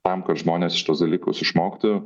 tam kad žmonės šituos dalykus išmoktų